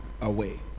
away